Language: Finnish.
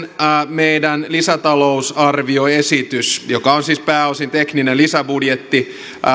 meidän lisätalousarvioesitys on siis pääosin tekninen lisäbudjetti